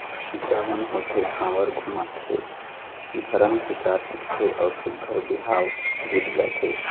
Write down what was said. टिकावन होथे, भांवर घुमाथे, धरम टीका टिकथे अउ सुग्घर बिहाव गीत गाथे